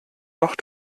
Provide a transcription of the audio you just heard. noch